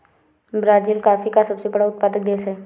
Brazil coffee का सबसे बड़ा उत्पादक देश है